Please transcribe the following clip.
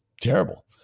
terrible